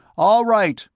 all right!